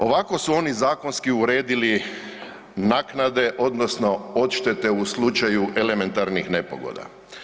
Ovako su oni zakonski uredili naknade odnosno odštete u slučaju elementarnih nepogoda.